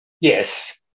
Yes